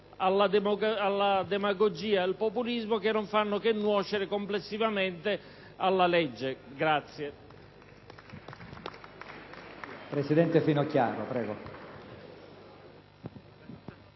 alla demagogia e al populismo, che non fanno che nuocere complessivamente alla legge.